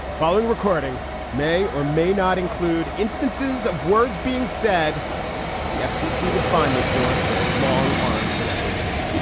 following recording may or may not include instances of words being said that the fcc would find me for their long arm could ever reach